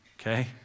Okay